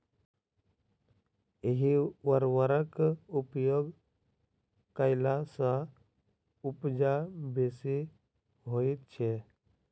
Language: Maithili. एहि उर्वरकक उपयोग कयला सॅ उपजा बेसी होइत छै